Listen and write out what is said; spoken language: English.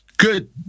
good